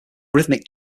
rhythmic